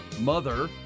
mother